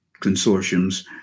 consortiums